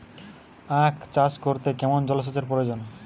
আখ চাষ করতে কেমন জলসেচের প্রয়োজন?